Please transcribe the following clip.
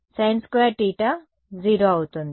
sin2 θ 0 అవుతుంది